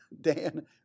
Dan